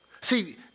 See